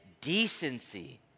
decency